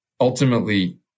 ultimately